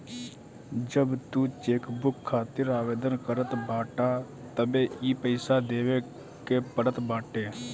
जब तू चेकबुक खातिर आवेदन करत बाटअ तबे इ पईसा देवे के पड़त बाटे